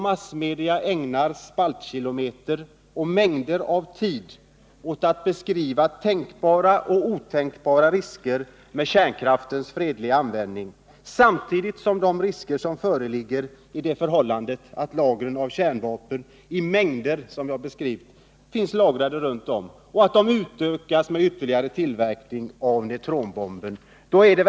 Massmedia ägnar spaltkilometer och mängder av tid åt att beskriva tänkbara och otänkbara risker med kärnkraftens fredliga användning samtidigt som de risker som föreligger därigenom att kärnvapen i mängder —- såsom vi har beskrivit — finns lagrade runt om i världen och att hot finns om tillverkning av neutronvapen ägnas föga intresse.